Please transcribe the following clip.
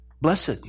Blessed